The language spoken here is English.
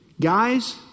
Guys